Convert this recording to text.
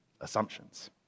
assumptions